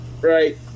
right